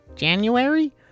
January